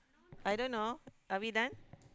I don't know are we done